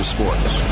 Sports